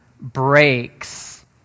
breaks